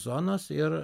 zonos ir